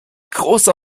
großer